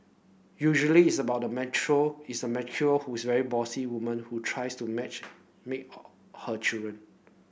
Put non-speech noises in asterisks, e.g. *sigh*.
usually it's about the *unintelligible* it's a *unintelligible* who's a very bossy woman who tries to match make her her children